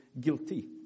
guilty